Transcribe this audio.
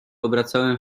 obracałem